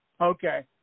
Okay